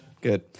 Good